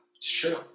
Sure